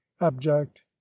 abject